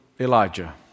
Elijah